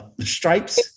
Stripes